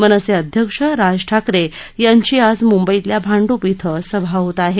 मनसे अध्यक्ष राज ठाकरे यांची आज मुंबईतल्या भांडुप ििं सभा होत आहे